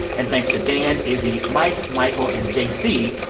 and thanks to dan, izzy, mike, michael and j c.